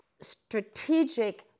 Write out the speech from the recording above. Strategic